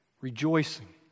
rejoicing